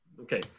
Okay